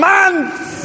Months